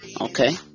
okay